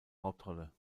hauptrolle